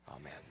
Amen